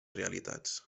realitats